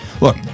Look